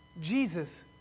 Jesus